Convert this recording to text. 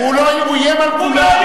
הוא לא, הוא איים על כולם.